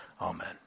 Amen